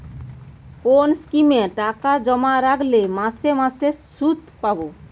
কোন স্কিমে টাকা জমা রাখলে মাসে মাসে সুদ পাব?